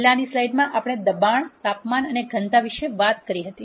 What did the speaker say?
પહેલાની સ્લાઇડમાં આપણે દબાણ તાપમાન અને ઘનતા વિશે વાત કરી હતી